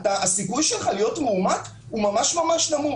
הסיכוי שלך להיות מאומת הוא ממש ממש נמוך,